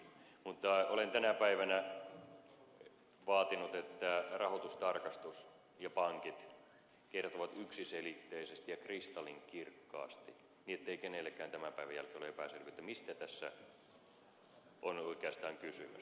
mutta olen tänä päivänä vaatinut että rahoitustarkastus ja pankit kertovat yksiselitteisesti ja kristallinkirkkaasti niin ettei kenellekään tämän päivän jälkeen ole epäselvyyttä mistä tässä on oikeastaan kysymys